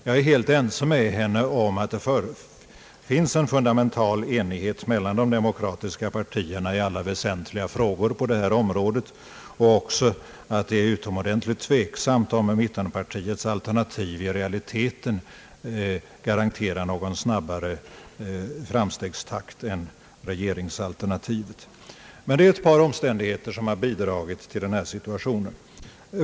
Jag är helt ense med henne om att det finns en fundamental enighet mellan de demokratiska partierna i alla väsentliga frågor på detta område och även att det är utomordentligt tveksamt om mittenpartiernas alternativ i realiteten garanterar någon snabbare framstegstakt än regeringsalternativet. Men det är ett par omständigheter, som har bidragit till denna situation.